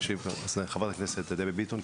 חברת הכנסת דבי ביטון.